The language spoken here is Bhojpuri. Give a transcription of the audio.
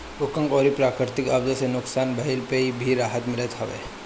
भूकंप अउरी प्राकृति आपदा से नुकसान भइला पे भी राहत मिलत हअ